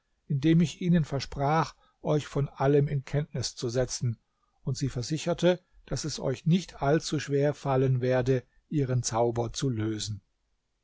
indem ich ihnen versprach euch von allem in kenntnis zu setzten und sie versicherte daß es euch nicht allzu schwer fallen werde ihren zauber zu lösen